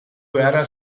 beharra